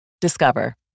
Discover